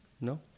No